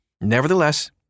Nevertheless